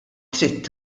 trid